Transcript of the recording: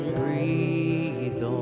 breathe